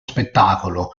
spettacolo